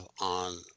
on